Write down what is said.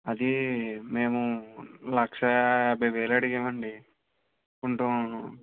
అది మేము లక్ష యాభై వేలు అడిగాం అండి కొంచం